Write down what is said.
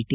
T